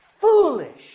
foolish